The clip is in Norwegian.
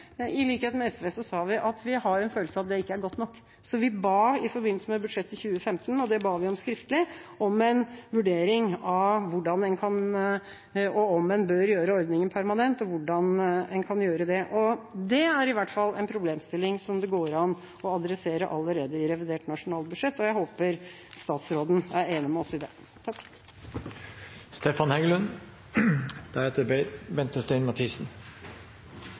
i likhet med SV sa vi at vi har en følelse av at det ikke er godt nok. Så i forbindelse med budsjettet for 2015 ba vi – og det ba vi om skriftlig – om en vurdering av om en bør gjøre ordninga permanent, og hvordan en kan gjøre det. Det er i hvert fall en problemstilling som det går an å adressere allerede i revidert nasjonalbudsjett, og jeg håper statsråden er enig med oss i det.